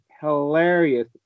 hilarious